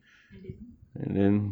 and then